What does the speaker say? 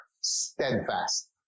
steadfast